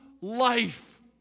life